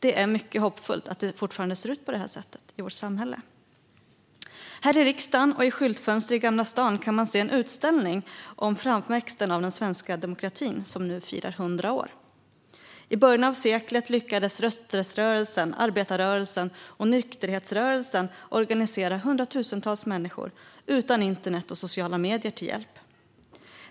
Det är mycket hoppfullt att det fortfarande ser ut på det här sättet i vårt samhälle. Här i riksdagen och i skyltfönster i Gamla stan kan man se en utställning om framväxten av den svenska demokratin, som nu firar 100 år. I början av seklet lyckades rösträttsrörelsen, arbetarrörelsen och nykterhetsrörelsen organisera hundratusentals människor utan internet och sociala medier till hjälp.